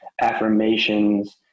affirmations